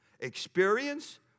experience